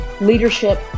leadership